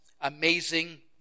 amazing